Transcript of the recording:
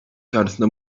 çağrısında